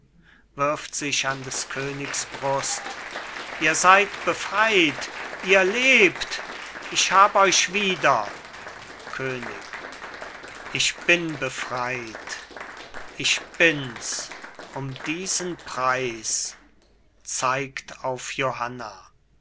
wirft sich an des königs brust ihr seid befreit ihr lebt ich hab euch wieder könig ich bin befreit ich bins um diesen preis zeigt auf johanna